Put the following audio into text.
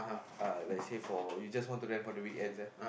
uh let's say for you just want to rent for the weekends eh